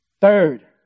Third